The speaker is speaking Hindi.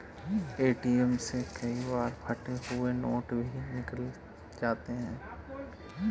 ए.टी.एम से कई बार फटे हुए नोट भी निकल जाते हैं